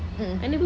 mmhmm